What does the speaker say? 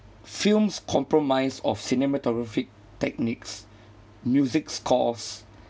films compromise of cinematography techniques music scores